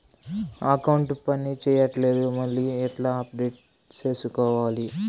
నా అకౌంట్ పని చేయట్లేదు మళ్ళీ ఎట్లా అప్డేట్ సేసుకోవాలి?